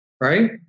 right